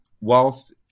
whilst